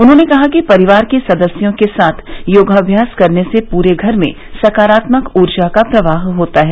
उन्होंने कहा कि परिवार के सदस्यों के साथ योगाभ्यास करने से पूरे घर में सकारात्मक ऊर्जा का प्रवाह होता है